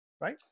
right